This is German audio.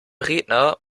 redner